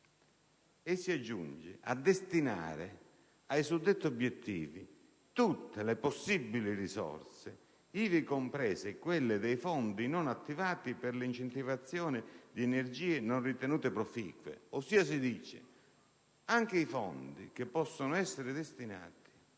il Governo "a destinare ai suddetti obiettivi tutte le possibili risorse, ivi comprese quelle dei fondi non attivati per l'incentivazione di energie non ritenute proficue". Ossia si dice: anche i fondi che possono essere destinati